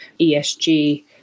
ESG